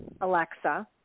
Alexa